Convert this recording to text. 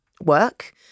work